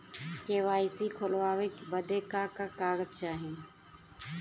KYC खोलवावे बदे का का कागज चाही?